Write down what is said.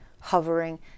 hovering